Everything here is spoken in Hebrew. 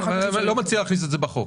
אני לא מציע להכניס את זה בחוק,